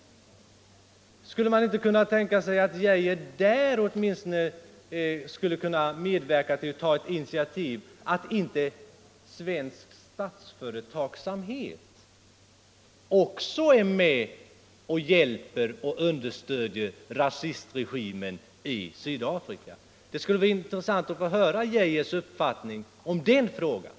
Skulle man inte kunna tänka sig att herr Geijer åtminstone i det fallet skulle kunna medverka till ett initiativ för att inte svensk statsföretagsamhet också hjälper och understöder rasistregimen i Sydafrika? Det skulle vara intressant att få höra herr Geijers uppfattning om den saken.